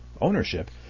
ownership